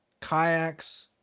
kayaks